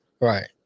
Right